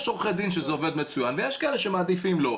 יש עורכי דין שזה עובד מצוין ויש כאלה שמעדיפים שלא.